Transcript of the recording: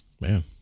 Man